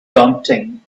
daunting